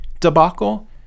debacle